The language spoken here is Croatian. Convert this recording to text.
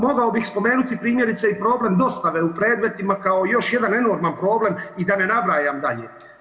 Mogao bih spomenuti primjerice i problem dostave u predmetima kao još jedan enorman problem i da ne nabrajam dalje.